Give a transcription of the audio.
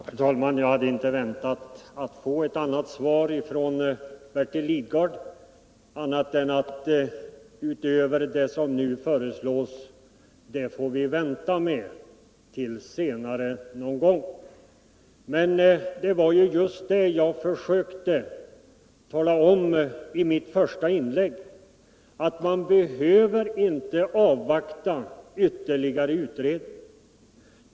Herr talman! Jag hade inte väntat att få något annat svar från Bertil Lidgard än att vi får vänta till något senare tillfälle med det som går utöver det som nu föreslås. Men som jag framhöll i mitt första inlägg behöver man inte avvakta ytterligare utredning.